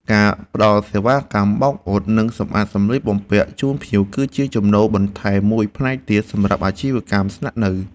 ការផ្តល់សេវាកម្មបោកអ៊ុត និងសម្អាតសម្លៀកបំពាក់ជូនភ្ញៀវ គឺជាចំណូលបន្ថែមមួយផ្នែកទៀតសម្រាប់អាជីវកម្មស្នាក់នៅ។